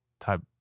type